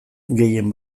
gehien